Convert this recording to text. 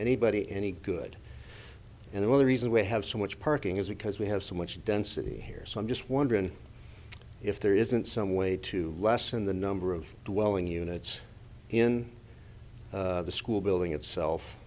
anybody any good and the only reason we have so much parking is because we have so much density here so i'm just wondering if there isn't some way to lessen the number of dwelling units in the school building itself